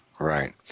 Right